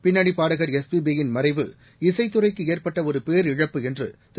பின்னணிப் பாடகர் எஸ்பியி யின் மறைவு இசைத்துறைக்கு ஏற்பட்ட ஒரு பேரிழப்பு என்று திரு